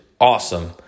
awesome